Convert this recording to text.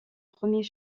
premiers